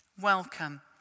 Welcome